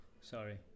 sorry